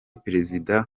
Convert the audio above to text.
perezida